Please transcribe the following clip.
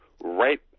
right